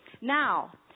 Now